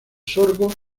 sorgo